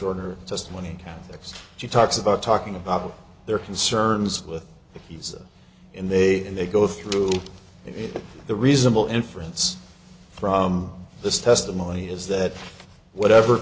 order just twenty six she talks about talking about their concerns with the pieces and they and they go through it the reasonable inference from this testimony is that whatever